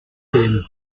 fame